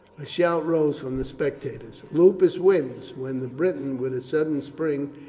a shout rose from the spectators, lupus wins! when the briton, with a sudden spring,